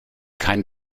kein